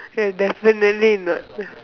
uh definitely not